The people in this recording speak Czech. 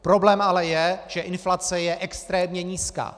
Problém ale je, že inflace je extrémně nízká.